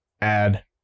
add